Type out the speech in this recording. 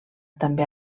també